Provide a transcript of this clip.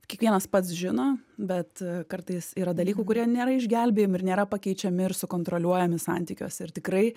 kiekvienas pats žino bet kartais yra dalykų kurie nėra išgelbėjami ir nėra pakeičiami ir sukontroliuojami santykiuose ir tikrai